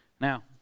Now